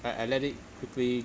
I I let it quickly